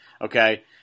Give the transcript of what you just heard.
okay